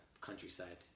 countryside